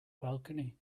balcony